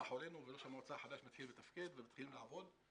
מאחורינו וראש המועצה החדש מתחיל לתפקד ומתחילים לעבוד.